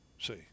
See